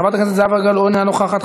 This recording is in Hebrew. חברת הכנסת זהבה גלאון, אינה נוכחת.